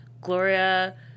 Gloria